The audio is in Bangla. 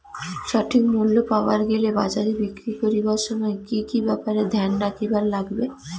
সঠিক মূল্য পাবার গেলে বাজারে বিক্রি করিবার সময় কি কি ব্যাপার এ ধ্যান রাখিবার লাগবে?